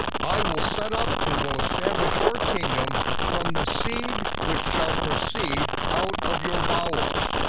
i will set up and will establish your kingdom from the seed which shall proceed out of your bowels.